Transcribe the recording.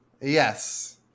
Yes